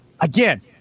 Again